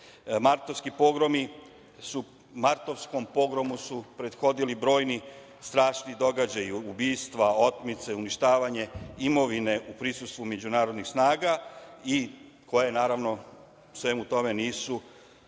Martovskom pogromu su prethodili brojni strašni događaji, ubistva, otmice, uništavanje imovine u prisustvu međunarodnih snaga koje, naravno, svemu tome nisu primereno